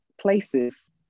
places